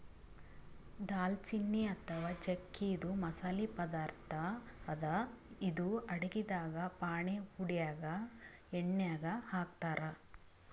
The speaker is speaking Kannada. ದಾಲ್ಚಿನ್ನಿ ಅಥವಾ ಚಕ್ಕಿ ಇದು ಮಸಾಲಿ ಪದಾರ್ಥ್ ಅದಾ ಇದು ಅಡಗಿದಾಗ್ ಫಾಣೆ ಹೊಡ್ಯಾಗ್ ಎಣ್ಯಾಗ್ ಹಾಕ್ತಾರ್